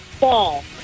ball